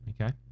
Okay